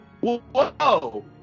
Whoa